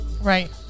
Right